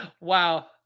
wow